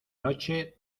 noche